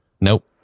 Nope